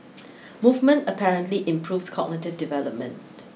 movement apparently improves cognitive development